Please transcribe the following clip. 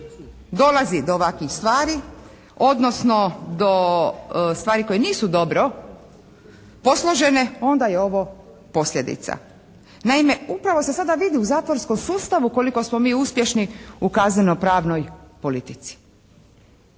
dolazi do ovakvih stvari, odnosno do stvari koje nisu dobro posložene, onda je ovo posljedica. Naime, upravo se sada vidi u zatvorskom sustavu koliko smo mi uspješni u kaznenopravnoj politici.